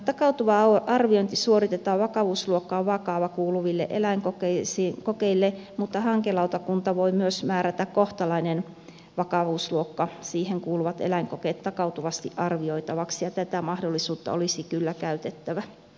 takautuva arviointi suoritetaan vakavuusluokkaan vakava kuuluville eläinkokeille mutta hankelautakunta voi myös määrätä kohtalainen vakavuusluokkaan kuuluvat eläinkokeet takautuvasti arvioitaviksi ja tätä mahdollisuutta olisi kyllä käytettävä